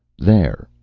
there,